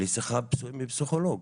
לשיחה מפסיכולוג,